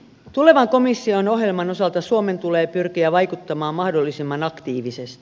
tulevan komission ohjelman osalta suomen tulee pyrkiä vaikuttamaan mahdollisimman aktiivisesti